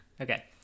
Okay